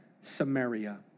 Samaria